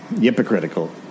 Hypocritical